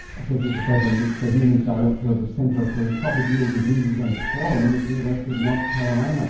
associate professor nick shaheen is director of the center for esophageal diseases and swallowing at the university of north carolina.